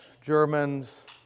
Germans